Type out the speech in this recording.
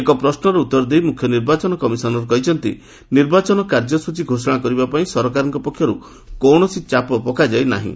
ଏକ ପ୍ରଶ୍ୱର ଉତ୍ତର ଦେଇ ମୁଖ୍ୟ ନିର୍ବାଚନ କମିଶନର୍ କହିଛନ୍ତି ନିର୍ବାଚନ କାର୍ଯ୍ୟସୂଚୀ ଘୋଷଣା କରିବା ପାଇଁ ସରକାରଙ୍କ ପକ୍ଷରୁ କୌଣସି ଚାପ ପକାଯାଇ ନାହିଁ